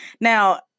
Now